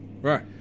right